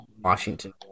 Washington